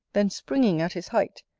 then springing at his height,